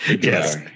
Yes